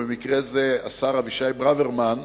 במקרה זה השר אבישי ברוורמן,